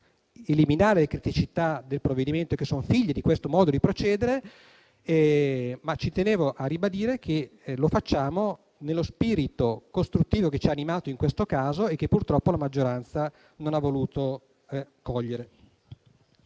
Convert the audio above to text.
eliminare le criticità del provvedimento, che sono figlie di questo modo di procedere, ma ci tenevo a ribadire che lo facciamo nello spirito costruttivo che ci ha animato in questo caso e che purtroppo la maggioranza non ha voluto cogliere.